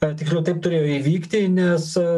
ar tikriau taip turėjo įvykti nes